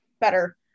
better